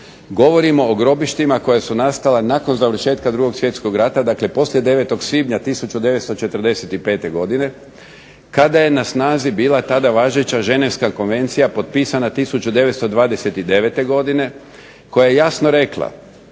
Govorimo o grobištima koja su nastala nakon završetka Drugog svjetskog rata, dakle poslije 9. svibnja 1945. godine, kada je na snazi bila tada važeća Ženevska konvencija potpisana 1929. godine, koja je jasno rekla